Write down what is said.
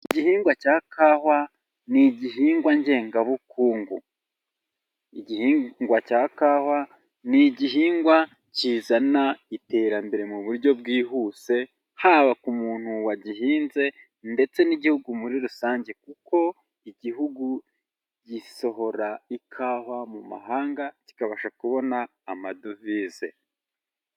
Igihingwa cya kawa ni igihingwa ngengabukungu, igihingwa cya kawa ni igihingwa kizana iterambere mu buryo bwihuse, haba ku muntu wagihinze ndetse n'igihugu muri rusange kuko igihugu gisohora ikawa mu mahanga kikabasha kubona amadovize.